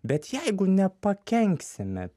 bet jeigu nepakenksime